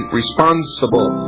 responsible